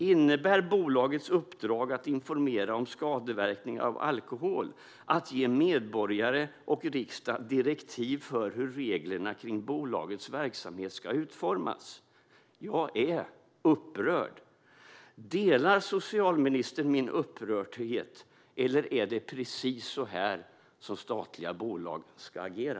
Innebär bolagets uppdrag att informera om skadeverkningar av alkohol att ge medborgare och riksdag direktiv för hur reglerna kring bolagets verksamhet ska utformas? Jag är upprörd. Delar socialministern min upprördhet, eller är det precis så här statliga bolag ska agera?